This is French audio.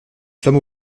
sommes